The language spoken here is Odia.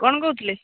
କ'ଣ କହୁଥିଲେ